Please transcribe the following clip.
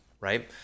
right